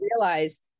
realize